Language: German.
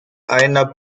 einer